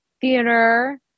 theater